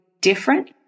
different